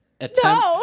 attempt